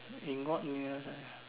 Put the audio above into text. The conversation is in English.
in god new years !aiya!